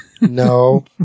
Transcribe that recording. No